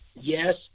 Yes